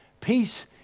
Peace